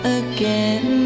again